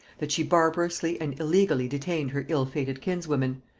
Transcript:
that she barbarously and illegally detained her ill-fated kinswoman,